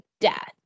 death